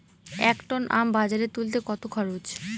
এক টন আম বাজারে তুলতে কত খরচ?